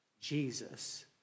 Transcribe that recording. Jesus